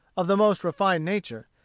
of the most refined nature,